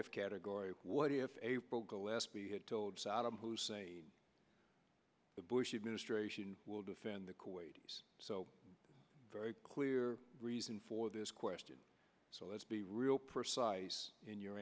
if category what if april gillespie had told saddam hussein the bush administration will defend the kuwaitis so very clear reason for this question so let's be real precise in your